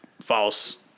false